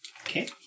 Okay